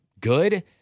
good